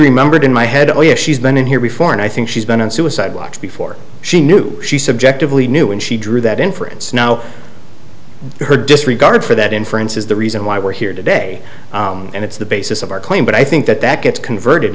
remembered in my head oh yes she's been in here before and i think she's been on suicide watch before she knew she subjectively knew and she drew that inference now her disregard for that inference is the reason why we're here today and it's the basis of our claim but i think that that gets converted